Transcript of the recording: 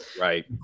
Right